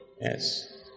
Yes